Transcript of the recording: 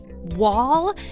Wall